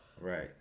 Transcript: Right